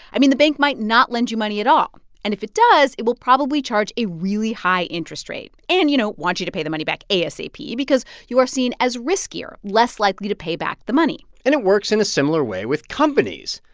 i mean, the bank might not lend you money at all. and if it does, it will probably charge a really high interest rate and, you know, want you to pay the money back asap because you are seen as riskier less likely to pay back the money and it works in a similar way with companies.